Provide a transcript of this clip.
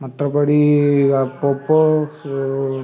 மற்றபடி அப்பப்போ